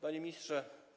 Panie Ministrze!